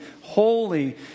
holy